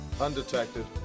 undetected